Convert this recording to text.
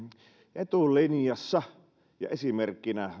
etulinjassa ja esimerkkinä